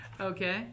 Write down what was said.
Okay